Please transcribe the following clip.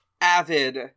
avid